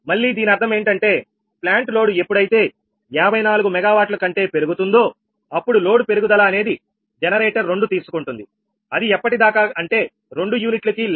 మళ్లీ దీని అర్థం ఏంటంటే ప్లాంటు లోడు ఎప్పుడైతే 54 MW కంటే పెరుగుతుందో అప్పుడు లోడు పెరుగుదల అనేది జనరేటర్ 2 తీసుకుంటుంది అది ఎప్పటి దాకా అంటే రెండు యూనిట్లు కి 𝜆46